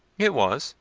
it was,